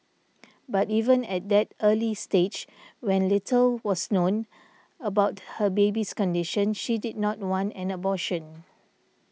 but even at that early stage when little was known about her baby's condition she did not wanna an abortion